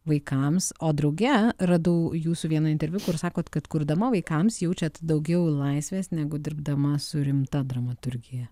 vaikams o drauge radau jūsų vieną interviu kur sakot kad kurdama vaikams jaučiat daugiau laisvės negu dirbdama su rimta dramaturgija